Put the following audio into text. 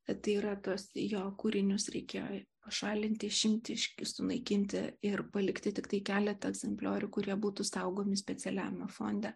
tai yra tuos jo kūrinius reikia pašalinti išimti sunaikinti ir palikti tiktai keletą egzempliorių kurie būtų saugomi specialiajame fonde